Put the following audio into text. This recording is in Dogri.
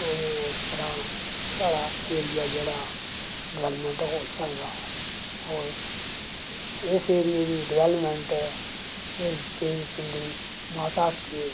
उस तरां साढ़ा एरिया जेह्ड़ा डनैलमैंट होई सकदा और इस एरिया दी डवैलमैंट इस देवी पिण्डी माता की